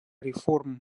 реформ